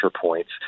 points